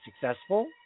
successful